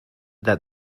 that